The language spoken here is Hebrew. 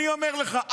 אני אומר לך,